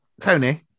Tony